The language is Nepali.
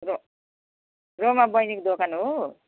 रो रोमा बहिनीको दोकान हो